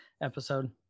episode